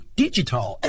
digital